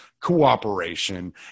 cooperation